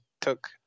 took